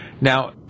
Now